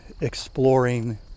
exploring